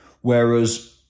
whereas